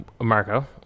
Marco